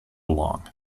along